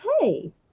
hey